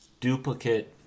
duplicate